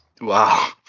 Wow